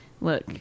Look